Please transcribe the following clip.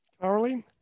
Caroline